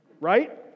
right